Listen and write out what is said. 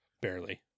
Barely